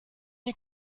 you